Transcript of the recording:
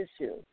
issue